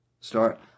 start